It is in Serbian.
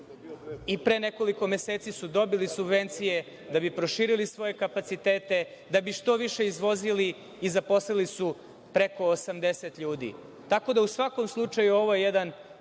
Pre nekoliko meseci su dobili subvencije da bi proširili svoje kapacitete, da bi što više izvozili i zaposlili su preko 80 ljudi. Tako da, u svakom slučaju, ovo je jedan